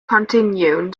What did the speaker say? continued